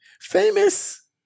Famous